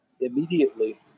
immediately